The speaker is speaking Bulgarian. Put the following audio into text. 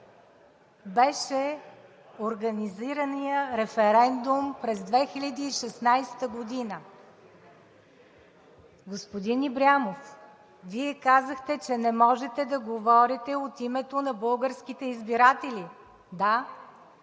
беше организираният референдум през 2016 г. Господин Ибрямов, Вие казахте, че не можете да говорите от името на българските избиратели. Да,